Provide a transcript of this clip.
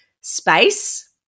Space